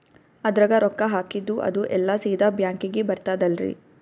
ಅದ್ರಗ ರೊಕ್ಕ ಹಾಕಿದ್ದು ಅದು ಎಲ್ಲಾ ಸೀದಾ ಬ್ಯಾಂಕಿಗಿ ಬರ್ತದಲ್ರಿ?